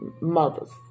mothers